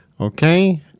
Okay